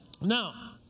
Now